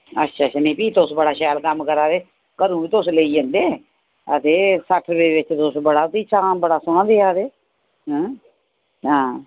अच्छा अच्छा नेईं फ्ही तुस बड़ा शैल कम्म करै दे घरूं बी तुस लेई जंदे ते सट्ठ रपेऽ बिच तुस बड़ा फ्ही तां बड़ा तुस सौह्ना देयै दे